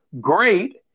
Great